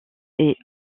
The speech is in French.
est